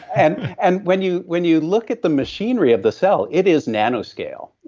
and and when you when you look at the machinery of the cell, it is nano-scale.